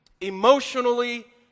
emotionally